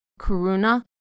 Kuruna